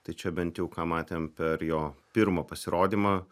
tai čia bent jau ką matėm per jo pirmą pasirodymą